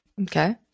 Okay